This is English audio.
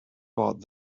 bought